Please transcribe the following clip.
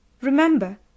Remember